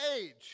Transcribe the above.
age